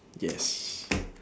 yes